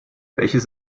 welches